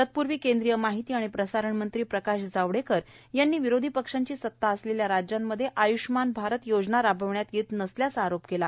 तत्पूर्वी केंद्रीय माहिती आणि प्रसारण मंत्री प्रकाश जावडेकर यांनी विरोधी पक्षांची सता असलेल्या राज्यांमध्ये आय्ष्यमान भारत योजना राबविण्यात येत नसल्याचा आरोप केला